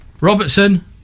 robertson